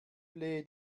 flehe